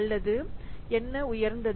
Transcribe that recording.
அல்லது என்ன உயர்ந்தது